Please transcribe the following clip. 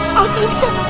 akansha,